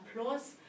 applause